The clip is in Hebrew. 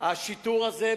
לפקחים עירוניים?